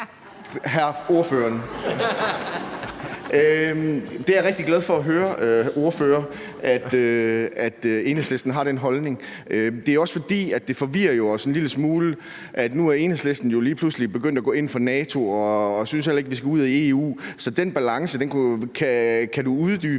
hørte det. Jeg er rigtig glad for, at Enhedslisten har den holdning. Det forvirrer os jo en lille smule, for nu er Enhedslisten lige pludselig begyndt at gå ind for NATO og synes heller ikke, at vi skal ud af EU. Så kan du uddybe